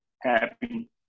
happy